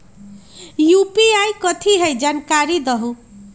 UPI कथी है? जानकारी दहु